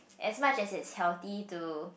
as much as it's healthy to